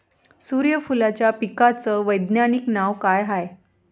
सुर्यफूलाच्या पिकाचं वैज्ञानिक नाव काय हाये?